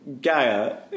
Gaia